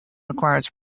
requires